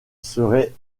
serait